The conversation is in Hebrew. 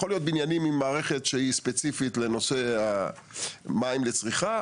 יכולים להיות בניינים עם מערכת שהיא ספציפית לנושא המים לצריכה,